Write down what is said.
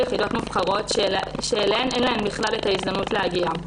יחידות מובחרות שאליהן אין להן בכלל את ההזדמנות להגיע.